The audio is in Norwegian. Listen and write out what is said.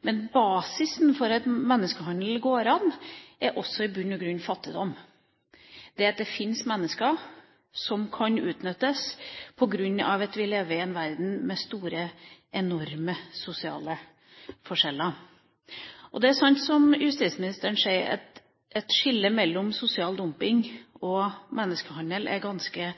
Men basisen for at menneskehandel går an, er også i bunn og grunn fattigdom, det at det fins mennesker som kan utnyttes, på grunn av at vi lever i en verden med enorme sosiale forskjeller. Det er sant som justisministeren sier, at skillet mellom sosial dumping og menneskehandel er ganske